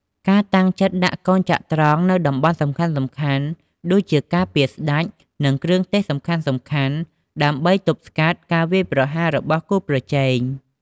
ការតាំងចិត្តដាក់កូនចត្រង្គនៅតំបន់សំខាន់ៗ ដូចជាការពារស្ដេច និងគ្រឿងទេសសំខាន់ៗ ដើម្បីទប់ស្កាត់ការវាយប្រហាររបស់គូប្រជែង។